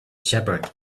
shepherd